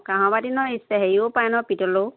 কাঁহৰ বাতি নহয় হেৰিও পায় ন পিতলৰ